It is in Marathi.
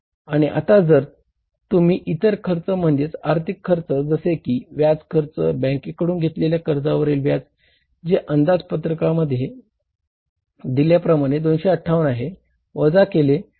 आणि आता जर तुम्ही इतर खर्च म्हणजेच आर्थिक खर्च जसे कि व्याज खर्च बँकेकडून घेतलेल्या कर्जावरील व्याज जे अंदाज पत्रकामध्ये दिल्या प्रमाणे 258 आहे वजा केले